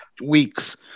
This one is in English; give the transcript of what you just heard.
weeks